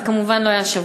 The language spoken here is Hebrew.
זה כמובן לא היה השבוע,